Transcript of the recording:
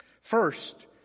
First